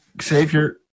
Savior